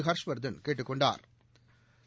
ஹா்ஷ்வா்தன் கேட்டுக் கொண்டாா்